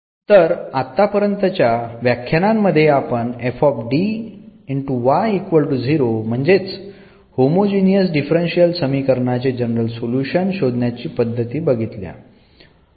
तर आत्तापर्यंतच्या व्याख्यानांमध्ये आपण म्हणजे होमोजीनियस डिफरन्शियल समीकरण चे जनरल सोल्युशन शोधण्याच्या पद्धती बघितल्या